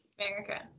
America